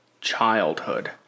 childhood